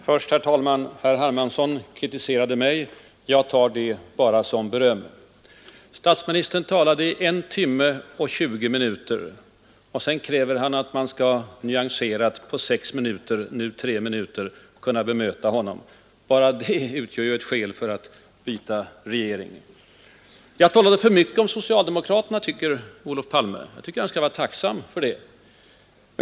Herr talman! Herr Hermansson kritiserade mig — jag tar det bara som beröm. Statsministern höll på i en timme och 20 minuter. Sedan kräver han att man nyanserat på sex minuter, nu tre minuter, skall kunna bemöta honom. Bara det utgör ett skäl för att byta regering. Jag talade för mycket om socialdemokraterna, tycker Olof Palme fortfarande. Jag tycker att han skall vara tacksam för det.